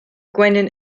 gwenyn